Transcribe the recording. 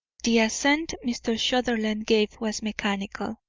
the assent mr. sutherland gave was mechanical.